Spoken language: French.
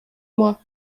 moi